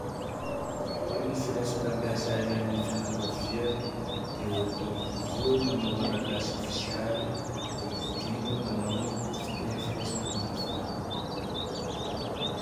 Roy ny firesaky ampiasanay amin'ny fianakaviako. De Ro-Roy manao Malagasy ofisialy, de ly Dimy manao fiteny firesaky Mahafaly.